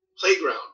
playground